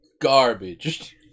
Garbage